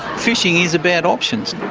fishing is about options.